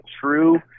true